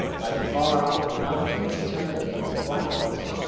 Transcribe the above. like far-off mountains turned into clouds.